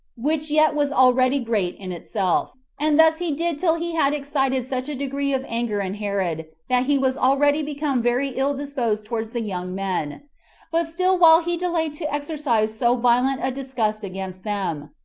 which yet was already great in itself and thus he did till he had excited such a degree of anger in herod, that he was already become very ill-disposed towards the young men but still while he delayed to exercise so violent a disgust against them,